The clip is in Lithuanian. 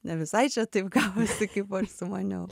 ne visai čia taip gavosi kaip aš sumaniau